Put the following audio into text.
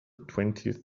twentieth